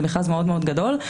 זה מכרז מאוד מאוד גדול,